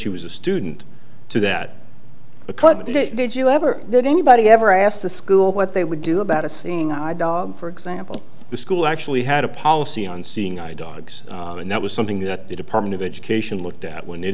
she was a student to that a club did you ever did anybody ever ask the school what they would do about a seeing eye dog for example the school actually had a policy on seeing eye dogs and that was something that the department of education looked at when